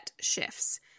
shifts